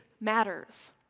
matters